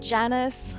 Janice